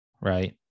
right